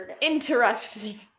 interesting